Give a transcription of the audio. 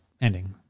ending